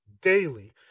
daily